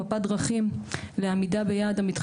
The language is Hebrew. אני כן רוצה לתת הזדמנות לעמיאל וסל,